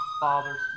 Fathers